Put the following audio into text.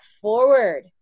forward